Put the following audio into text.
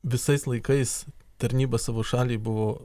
visais laikais tarnyba savo šaliai buvo